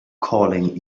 calling